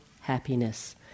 happiness